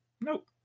nope